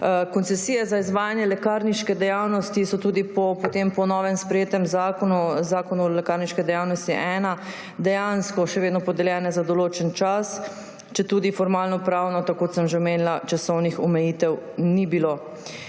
Koncesije za izvajanje lekarniške dejavnosti so tudi po tem novem sprejetem zakonu, Zakonu o lekarniški dejavnosti 1, dejansko še vedno podeljene za določen čas, četudi formalnopravno, tako kot sem že omenila, časovnih omejitev ni bilo.